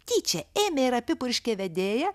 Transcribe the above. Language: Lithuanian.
tyčia ėmė ir apipurškė vedėją